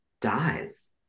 dies